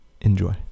Enjoy